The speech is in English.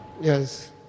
Yes